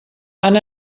han